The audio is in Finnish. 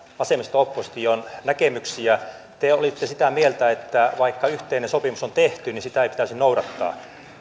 vasemmisto opposition näkemyksiä te olitte sitä mieltä että vaikka yhteinen sopimus on tehty sitä ei pitäisi noudattaa